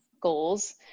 goals